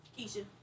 Keisha